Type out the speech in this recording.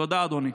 תודה, אדוני.